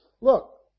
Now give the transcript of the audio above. Look